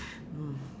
um